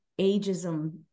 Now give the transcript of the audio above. ageism